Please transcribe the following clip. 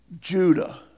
Judah